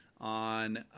on